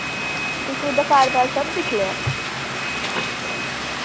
तुसें ओह्दा घर बाहर सब दिक्खी लैआ